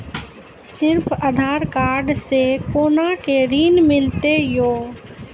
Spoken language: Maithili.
सिर्फ आधार कार्ड से कोना के ऋण मिलते यो?